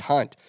Hunt